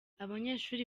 abanyeshuri